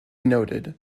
noted